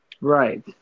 Right